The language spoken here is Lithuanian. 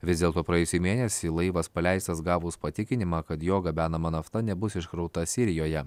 vis dėlto praėjusį mėnesį laivas paleistas gavus patikinimą kad jo gabenama nafta nebus iškrauta sirijoje